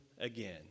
again